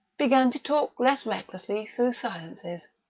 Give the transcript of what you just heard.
began to talk less recklessly through silences.